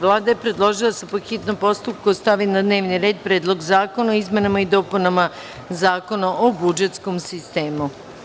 Vlada je predložila da se po hitnom postupku stavi na dnevni red Predlog zakona o izmenama i dopunama Zakona o budžetskom sistemu.